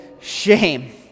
shame